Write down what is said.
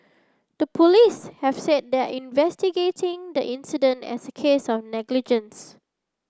the police have said they are investigating the incident as a case of negligence